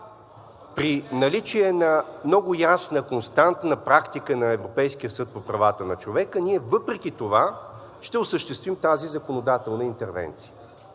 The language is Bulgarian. при наличие на много ясна, константна практика на Европейския съд по правата на човека, въпреки това ще осъществим тази законодателна интервенция.